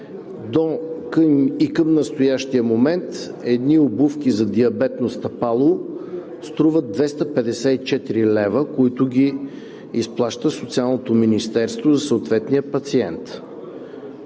и към настоящия момент едни обувки за диабетно стъпало струват 254 лв., които ги изплаща Социалното министерство за съответния пациент.